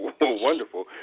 wonderful